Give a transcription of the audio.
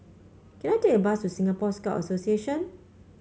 can I take a bus to Singapore Scout Association